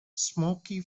smoky